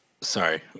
sorry